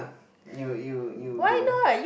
you'll you'll you'll go